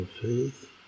faith